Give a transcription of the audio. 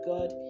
God